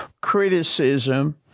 criticism